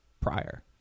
prior